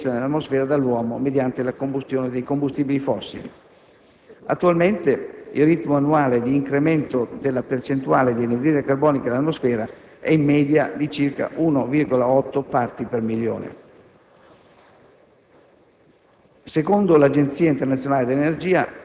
corrisponde a circa la metà della quantità di anidride carbonica immessa nell'atmosfera dall'uomo mediante la combustione dei combustibili fossili. Attualmente, il ritmo annuale di incremento della percentuale di anidride carbonica nell'atmosfera è in media di circa 1,8 parti per milione.